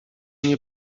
nie